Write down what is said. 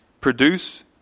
produce